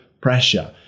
pressure